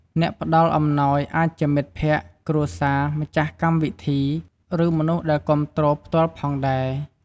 អ្នកផ្តល់អំណោយអាចជាមិត្តភក្ដិ គ្រួសារ ម្ចាស់កម្មវិធី ឬមនុស្សដែលគាំទ្រផ្ទាល់ផងដែរ។